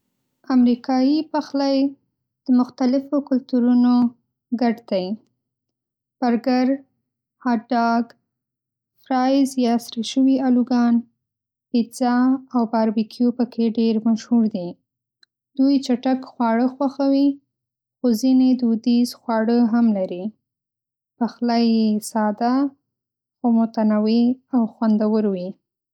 امریکايي پخلی د مختلفو کلتورونو ګډ دی. برګر، هات‌ډاګ، فرایس یا سره شوي الوګان، پیزا او باربیکیو پکې ډېر مشهور دي. دوی چټک خواړه خوښوي، خو ځینې دودیز خواړه هم لري. پخلی‌یې ساده، خو متنوع او خوندور وي.